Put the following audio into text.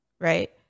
Right